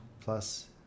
Plus